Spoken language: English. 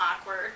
awkward